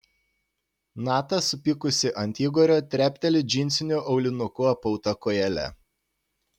nata supykusi ant igorio trepteli džinsiniu aulinuku apauta kojele